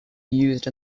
used